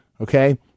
Okay